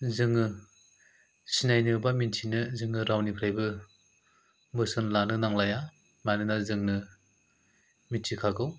जोङो सिनायनो बा मिनथिनो जोङो रावनिफ्रायबो बोसोन लानो नांलाया मानोना जोंनो मिथिखागौ